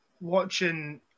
watching